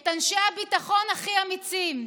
את אנשי הביטחון הכי אמיצים,